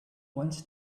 wants